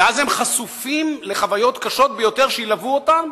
ואז הם חשופים לחוויות קשות ביותר, שילוו אותם